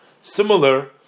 similar